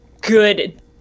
good